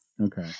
okay